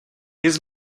his